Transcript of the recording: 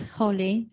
holy